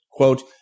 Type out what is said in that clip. Quote